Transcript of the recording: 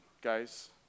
guys